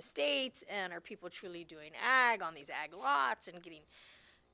estates and our people truly doing ag on these ag lots and getting